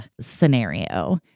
scenario